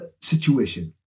situation